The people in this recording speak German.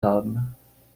haben